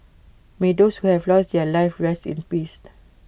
may those who have lost their lives rest in peace